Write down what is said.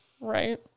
Right